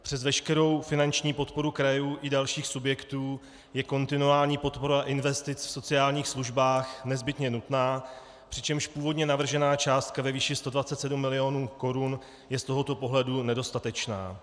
Přes veškerou finanční podporu krajů i dalších subjektů je kontinuální podpora investic v sociálních službách nezbytně nutná, přičemž původně navržená částka ve výši 127 milionů korun je z tohoto pohledu nedostatečná.